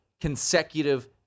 consecutive